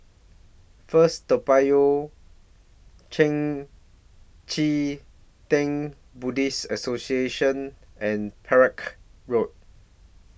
First Toa Payoh Chee Tng Buddhist Association and Perak Road